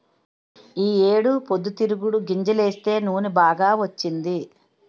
ఈ ఏడు పొద్దుతిరుగుడు గింజలేస్తే నూనె బాగా వచ్చింది